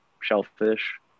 shellfish